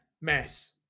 mess